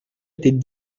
étaient